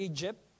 Egypt